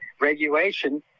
regulation